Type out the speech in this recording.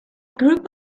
group